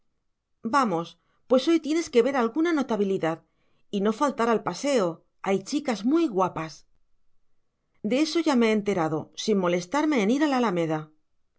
vamos pues hoy tienes que ver alguna notabilidad y no faltar al paseo hay chicas muy guapas de eso ya me he enterado sin molestarme en ir a la